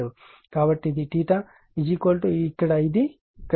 కాబట్టి ఇది ఇక్కడ ఇది ఇక్కడ 36